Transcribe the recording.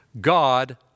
God